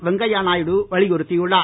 வெங்கையாநாயுடுவலியுறுத்தியுள்ளார்